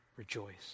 rejoice